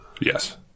Yes